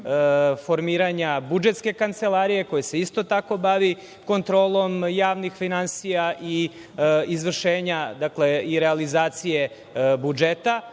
formiranja budžetske kancelarije, koja se isto tako bavi kontrolom javnih finansija i izvršenja i realizacije budžeta.